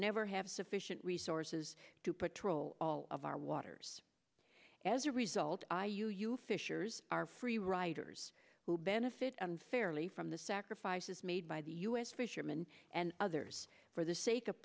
never have sufficient resources to patrol all of our waters as a result i you you fishers are free riders who benefit unfairly from the sacrifices made by the us fishermen and others for the sake of